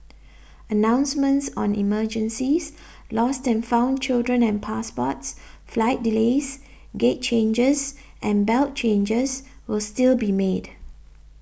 announcements on emergencies lost and found children and passports flight delays gate changes and belt changes will still be made